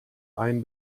ein